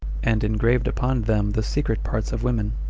and engraved upon them the secret parts of women.